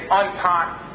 untied